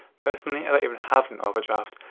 personally, i don't even have an overdraft,